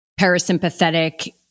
parasympathetic